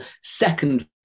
second